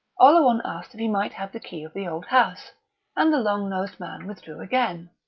oleron asked if he might have the key of the old house and the long-nosed man withdrew again.